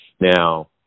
Now